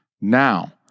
Now